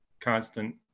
constant